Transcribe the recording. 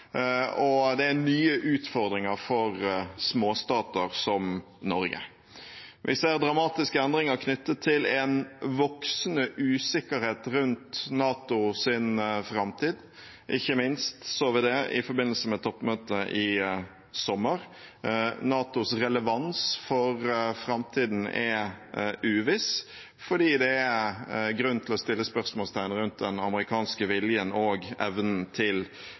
og det er nye utfordringer for småstater som Norge. Vi ser dramatiske endringer knyttet til en voksende usikkerhet rundt NATOs framtid. Ikke minst så vi det i forbindelse med toppmøtet i sommer. NATOs relevans for framtiden er uviss fordi det er grunn til å stille spørsmål ved den amerikanske viljen og evnen til